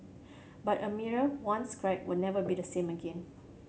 but a mirror once cracked will never be the same again